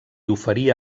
oferia